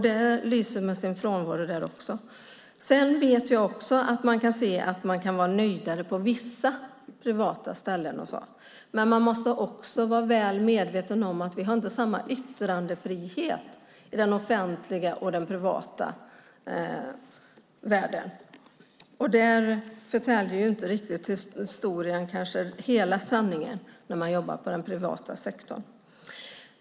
Det lyser med sin frånvaro. Jag vet också att man kan vara mer nöjd på vissa privata ställen. Men man måste vara väl medveten om att vi inte har samma yttrandefrihet i den offentliga och den privata världen. Historien förtäljer kanske inte riktigt hela sanningen när man jobbar i den privata sektorn.